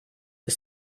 ist